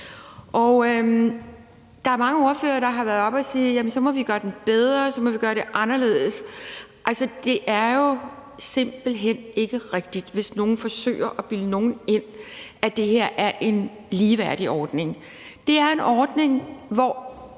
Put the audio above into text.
Der er mange ordførere, der har været oppe at sige, at vi så må gøre den bedre, og at vi må gøre det anderledes. Altså, det er jo simpelt hen ikke rigtigt, hvis nogen forsøger at bilde nogen ind, at det her er en ligeværdig ordning. Det er en ordning, hvor